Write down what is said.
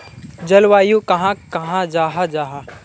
जलवायु कहाक कहाँ जाहा जाहा?